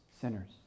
sinners